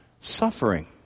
suffering